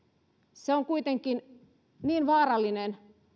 se on kuitenkin niin vaarallinen